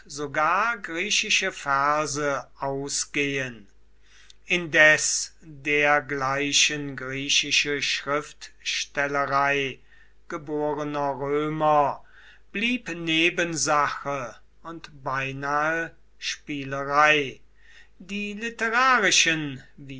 sogar griechische verse ausgehen indes dergleichen griechische schriftstellerei geborener römer blieb nebensache und beinahe spielerei die literarischen